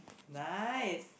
nice